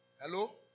Hello